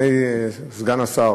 סגן השר,